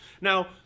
Now